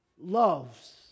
loves